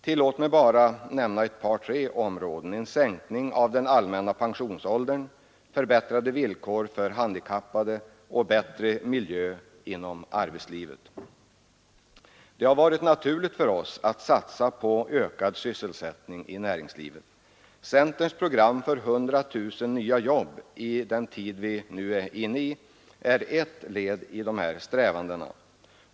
Tillåt mig bara nämna ett par tre områden: en sänkning av den allmänna pensionsåldern, förbättrade villkor för handikappade och bättre miljö inom arbetslivet. Det har varit naturligt för oss att satsa på ökad sysselsättning i näringslivet. Centerns program för 100 000 nya jobb i den tid vi nu är inne i är ett led i dessa strävanden.